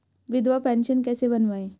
विधवा पेंशन कैसे बनवायें?